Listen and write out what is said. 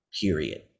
period